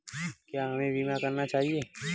क्या हमें बीमा करना चाहिए?